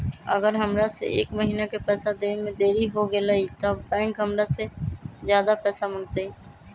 अगर हमरा से एक महीना के पैसा देवे में देरी होगलइ तब बैंक हमरा से ज्यादा पैसा मंगतइ?